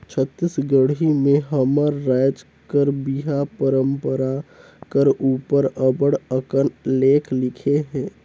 छत्तीसगढ़ी में हमर राएज कर बिहा परंपरा कर उपर अब्बड़ अकन लेख लिखे हे